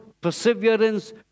perseverance